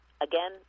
again